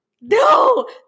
no